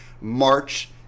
March